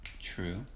True